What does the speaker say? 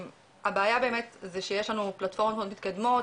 הבעיה באמת שיש לנו פלטפורמות מאוד מתקדמות,